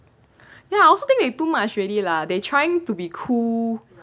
ya I also think they too much already lah they trying to be cool